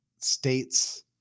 states